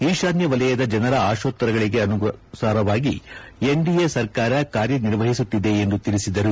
ಈಶಾನ್ಯ ವಲಯದ ಜನರ ಆಶೋತ್ತರಗಳಿಗನುಸಾರವಾಗಿ ಎನ್ಡಿಎ ಸರ್ಕಾರ ಕಾರ್ಯನಿರ್ವಹಿಸುತ್ತಿದೆ ಎಂದು ತಿಳಿಸಿದರು